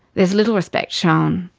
there's little respect shown,